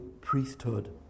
priesthood